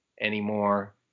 anymore